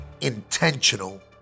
intentional